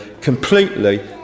completely